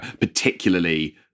particularly